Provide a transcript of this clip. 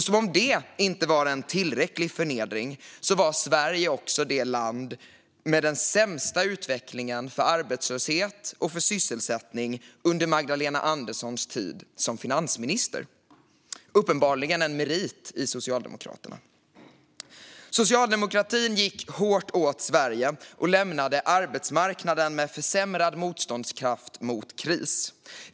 Som om det inte var en tillräcklig förnedring var Sverige också det land med den sämsta utvecklingen för arbetslöshet och sysselsättning under Magdalena Anderssons tid som finansminister. Det är uppenbarligen en merit i Socialdemokraterna. Socialdemokratin gick hårt åt Sverige och lämnade arbetsmarknaden med försämrad motståndskraft mot kris.